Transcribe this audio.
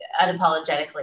unapologetically